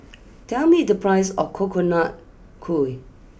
tell me the price of Coconut Kuih